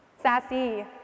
Sassy